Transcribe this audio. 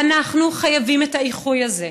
ואנחנו חייבים את האיחוי הזה.